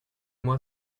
moi